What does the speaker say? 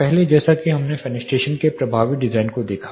पहले जैसा कि हमने फेनस्ट्रेशन के प्रभावी डिजाइन को देखा